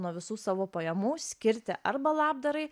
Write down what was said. nuo visų savo pajamų skirti arba labdarai